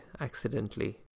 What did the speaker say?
accidentally